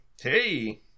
Hey